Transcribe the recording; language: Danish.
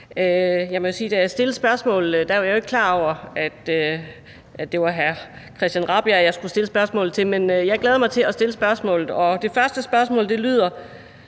jeg ikke klar over, at det var hr. Christian Rabjerg Madsen, jeg skulle stille spørgsmålene til, men jeg glæder mig til at stille spørgsmålene. Det første spørgsmål lyder: